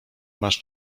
masz